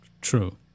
true